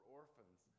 orphans